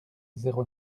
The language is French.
zéro